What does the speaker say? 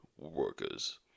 workers